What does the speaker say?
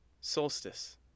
Solstice